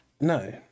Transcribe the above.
No